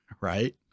right